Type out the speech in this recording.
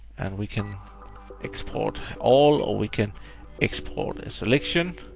and we can export all or we can export a selection.